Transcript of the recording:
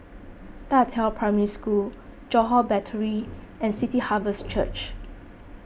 Da Qiao Primary School Johore Battery and City Harvest Church